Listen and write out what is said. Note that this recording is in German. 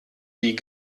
die